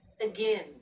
again